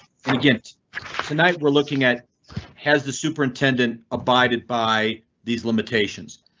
against tonight we're looking at has the superintendent abided by these limitations.